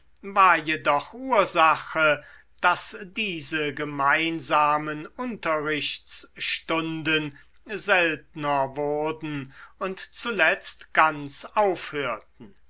war jedoch ursache daß diese gemeinsamen unterrichtsstunden seltner wurden und zuletzt ganz aufhörten